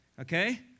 Okay